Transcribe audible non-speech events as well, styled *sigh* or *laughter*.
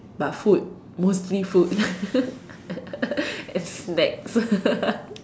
but food mostly food *laughs* and snacks *laughs*